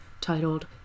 titled